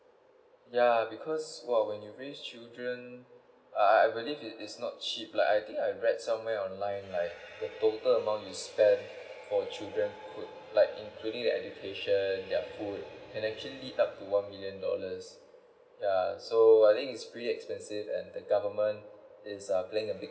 yeah because well when you raise children I I I believe it is not cheap like I think I read somewhere online like the total amount you spent for children could like including their education their food can actually up to one million dollars yeah so I think it's pretty expensive and the government is um playing a big